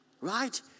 right